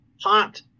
hot